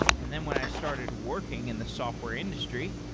and then when i started working in the software industry,